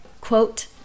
quote